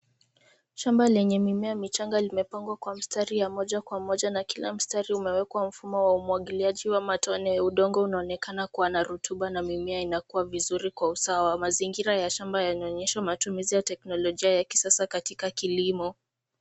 Shamba lenye mimea michanga limepangwa kwa mstari ya moja kwa moja, na kila mstari umewekwa mfumo wa umwagiliaji wa matone ya udongo unaonekana kuwa na rotuba na mimea inakua vizuri kwa usawa. Mazingira ya shamba yanaonyesha matumizi ya teknolojia ya kisasa katika kilimo.